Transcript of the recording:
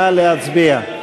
נא להצביע.